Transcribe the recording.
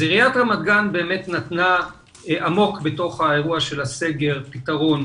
אז עיריית רמת גן באמת נתנה עמוק בתוך האירוע של הסגר פתרון